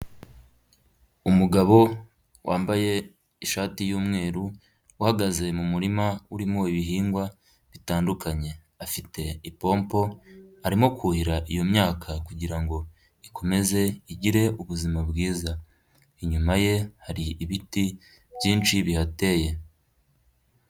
Umugabo wambaye ishati y'umweru, uhagaze mu murima, urimo ibihingwa bitandukanye, afite ipompo, arimo kuhira iyo myaka kugira ngo ikomeze igire ubuzima bwiza, inyuma ye hari ibiti, byinshi bihateye.